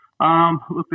Look